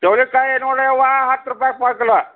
ಚವ್ಳಿಕಾಯಿ ನೋಡ್ರವ್ವ ಹತ್ತು ರೂಪಾಯ್ಗೆ ಪಾವು ಕಿಲೋ